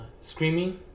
screaming